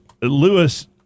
Lewis